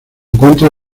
encuentra